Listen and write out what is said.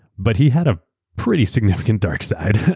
but he had a pretty significant dark side.